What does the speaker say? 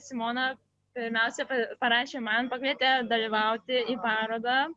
simona pirmiausia parašė man pakvietė dalyvauti į parodą